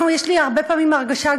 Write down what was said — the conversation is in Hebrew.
יש לי הרבה פעמים הרגשה,